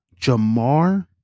Jamar